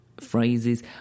phrases